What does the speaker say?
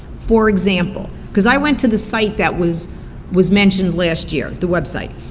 for example, cause i went to the site that was was mentioned, last year, the website.